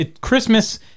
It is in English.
Christmas